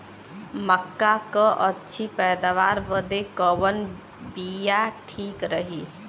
मक्का क अच्छी पैदावार बदे कवन बिया ठीक रही?